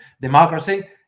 Democracy